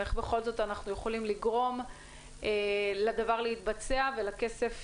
איך אנחנו יכולים לגרום לדבר להתבצע ולכסף